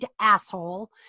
asshole